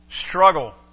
struggle